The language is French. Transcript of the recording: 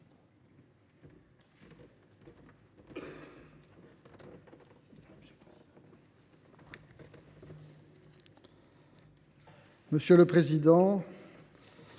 Monsieur le président,